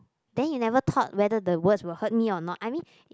then you never thought whether the words will hurt me or not I mean